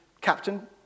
captain